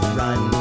run